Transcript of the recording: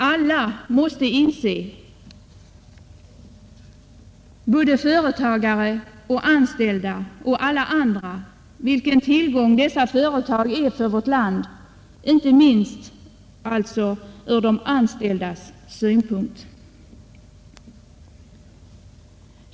Alla måste inse — företagare, anställda och alla andra — vilken tillgång dessa företag är för vårt land, inte minst ur de anställdas synpunkt.